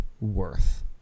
worth